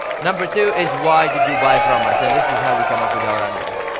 number two is, why did you buy from us. and this is how we come up with our angles.